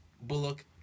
Bullock